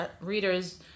readers